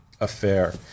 affair